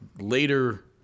later